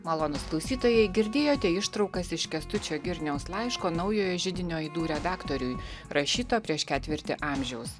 malonūs klausytojai girdėjote ištraukas iš kęstučio girniaus laiško naujojo židinio aidų redaktoriui rašyto prieš ketvirtį amžiaus